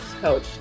Coach